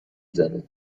زنه